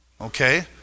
Okay